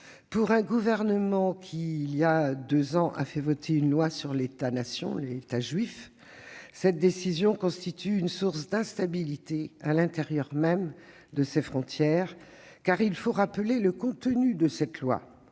Pour un gouvernement qui, il y a deux ans, a fait voter une loi sur « l'État-nation, État juif », cette décision constitue une source d'instabilité à l'intérieur même de ses frontières. Il faut rappeler le contenu de cette loi